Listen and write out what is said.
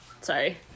Sorry